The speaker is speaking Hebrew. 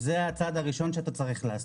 זה הצעד הראשון שאתה צריך לעשות.